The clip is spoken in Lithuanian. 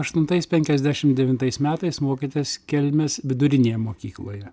aštuntais penkiasdešim devintais metais mokėtės kelmės vidurinėje mokykloje